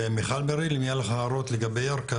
ומיכל מריל, אם יהיה לך הערות לגבי ירכא